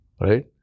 Right